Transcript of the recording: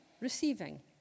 Receiving